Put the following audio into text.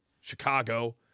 Chicago